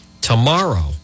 Tomorrow